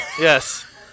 Yes